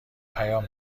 پیام